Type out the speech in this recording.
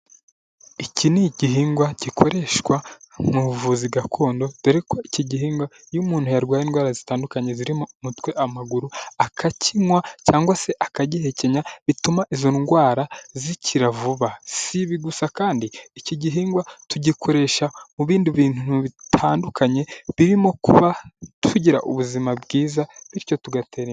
Iki ni igihingwa gikoreshwa mu buvuzi gakondo; dore ko iki gihingwa iyo umuntu yarwaye indwara zitandukanye zirimo umutwe, amaguru akakinywa cyangwa se akagihekenya bituma izo ndwara zikira vuba; si ibi gusa kandi iki gihingwa tugikoresha mu bindi bintu bitandukanye; birimo kuba tugira ubuzima bwiza bityo tugatera imbere